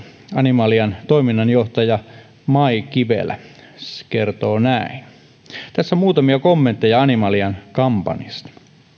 animalian toiminnanjohtaja mai kivelä kertoo näin tässä muutamia kommentteja animalian kampanjasta